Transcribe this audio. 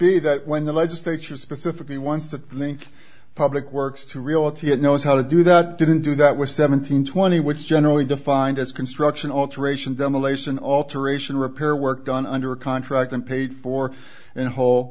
be that when the legislature specifically wants to link public works to reality it knows how to do that didn't do that was seven hundred twenty which generally defined as construction alteration demolition alteration repair work done under contract and paid for in whole